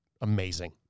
amazing